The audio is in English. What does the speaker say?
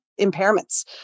impairments